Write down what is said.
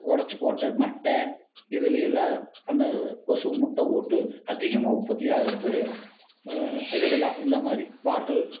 உடச்சிப்போட்ட மட்டை இதில் எல்லாம் அந்த கொசு முட்டை போட்டு அதிகமாக உற்பத்தி ஆகிறது இதில்தான் இந்தமாதிரி பாட்டில்